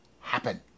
happen